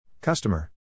Customer